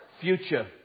future